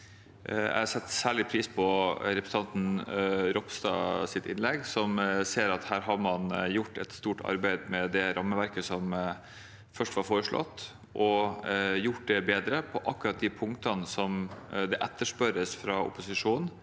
Jeg setter særlig pris på representanten Ropstads innlegg. Han ser at her har man gjort et stort arbeid ved at det rammeverket som først var foreslått, er gjort bedre på akkurat de punktene som etterspørres fra opposisjonen.